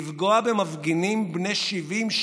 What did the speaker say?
לפגוע במפגינים בני 70,